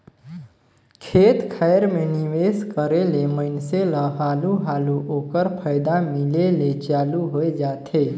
खेत खाएर में निवेस करे ले मइनसे ल हालु हालु ओकर फयदा मिले ले चालू होए जाथे